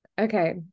okay